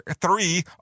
three